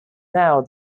now